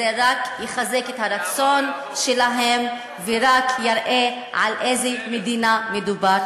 וזה רק יחזק את הרצון שלהם ורק יראה על איזה מדינה מדובר.